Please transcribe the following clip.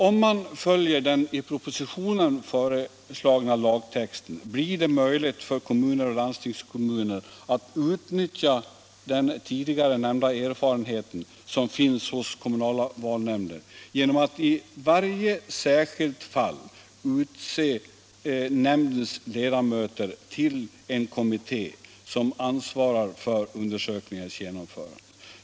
Om man följer den i propositionen föreslagna lagtexten blir det möjligt för kommuner och landstingskommuner att utnyttja den tidigare nämnda erfarenheten, som finns hos kommunala valnämnder, genom att i varje särskilt fall utse nämndens ledamöter till en kommitté, som ansvarar för undersökningens genomförande.